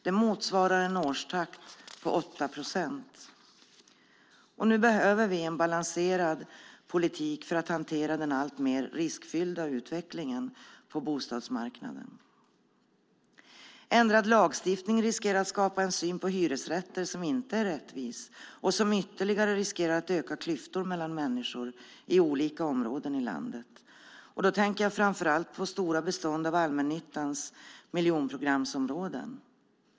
Det motsvarar en årstakt på 8 procent. Nu behöver vi en balanserad politik för att hantera den alltmer riskfyllda utvecklingen på bostadsmarknaden. Ändrad lagstiftning riskerar att skapa en syn på hyresrätter som inte är rättvis och som ytterligare riskerar att öka klyftor mellan människor i olika områden i landet. Då tänker jag framför allt på stora bestånd av allmännyttans miljonprogramsområden.